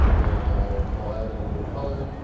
and i'll add in a new color.